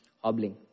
hobbling